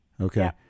Okay